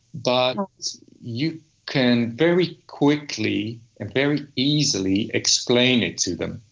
but you can very quickly and very easily explain it to them.